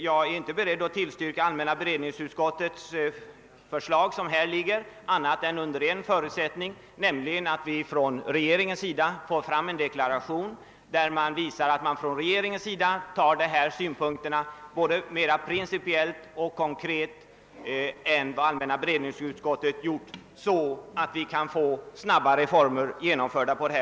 Jag är beredd att tillstyrka allmänna beredningsutskottets förslag bara under en förutsättning, nämligen att vi får en deklaration från regeringen som visar att regeringen tar des sa synpunkter — både i principiellt avseende och mera konkret — allvarligare än allmänna beredningsutskottet gjort, så att reformer på detta område kan genomföras:snabbt.